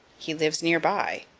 he lives near by.